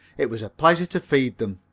it was a pleasure to feed them,